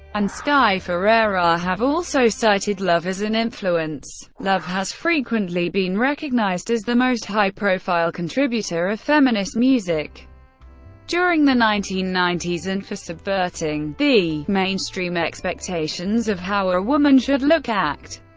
and sky ferreira have also cited love as an influence. love has frequently been recognized as the most high-profile contributor of feminist music during the nineteen ninety s, and for subverting mainstream expectations of how a woman should look, act,